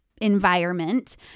environment